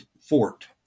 fort